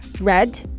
red